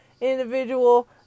individual